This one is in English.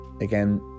again